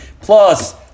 plus